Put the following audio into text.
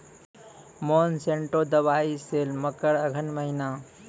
Monsanto दवाई सेल मकर अघन महीना,